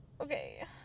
Okay